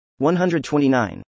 129